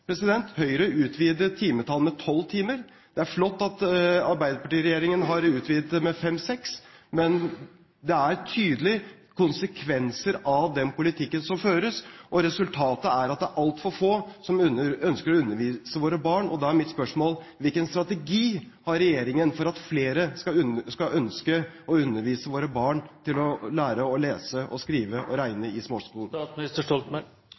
småskolen. Høyre utvidet timetallet med tolv timer. Det er flott at arbeiderpartiregjeringen har utvidet det med fem, seks. Men det er tydelige konsekvenser av den politikken som føres, og resultatet er at det er altfor få som ønsker å undervise våre barn. Da er mitt spørsmål: Hvilken strategi har regjeringen for at flere skal ønske å undervise våre barn i å lære å lese og skrive og